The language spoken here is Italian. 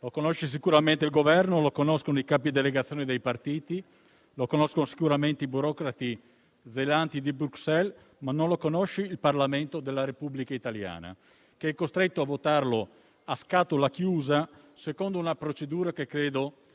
Lo conosce sicuramente il Governo; lo conoscono i capi delegazione dei partiti; lo conoscono sicuramente i burocrati zelanti di Bruxelles, ma non lo conosce il Parlamento della Repubblica italiana, che è costretto a votarlo a scatola chiusa secondo una procedura che credo